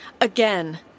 Again